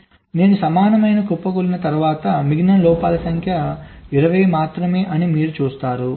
కాబట్టి నేను సమానమైన కుప్పకూలిన తర్వాత మిగిలిన లోపాల సంఖ్య 20 మాత్రమే అని మీరు చూస్తారు